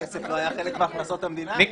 הכסף לא היה חלק מהכנסות המדינה.